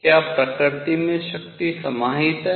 क्या प्रकृति में शक्ति समाहित है